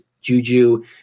Juju